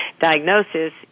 Diagnosis